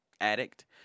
addict